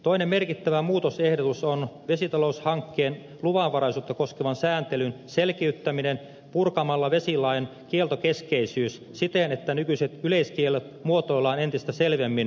toinen merkittävä muutosehdotus on vesitaloushankkeen luvanvaraisuutta koskevan sääntelyn selkiyttäminen purkamalla vesilain kieltokeskeisyys siten että nykyiset yleiskiellot muotoillaan entistä selvemmin lupakynnyksiksi